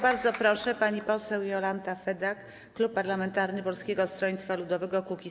Bardzo proszę, pani poseł Jolanta Fedak, klub parlamentarny Polskiego Stronnictwa Ludowego - Kukiz15.